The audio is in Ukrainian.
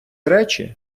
речі